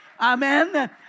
Amen